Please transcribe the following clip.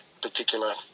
particular